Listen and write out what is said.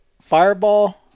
fireball